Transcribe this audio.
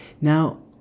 Now